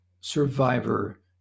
survivor